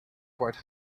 quite